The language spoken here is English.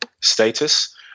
status